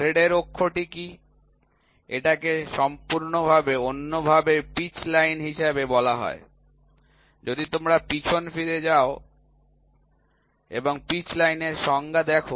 থ্রেডের অক্ষটি কী এটাকে অন্যভাবে পিচ লাইন হিসাবে বলা হয় যদি তোমরা পিছনে ফিরে যাও এবং পিচ লাইন এর সংজ্ঞা দেখ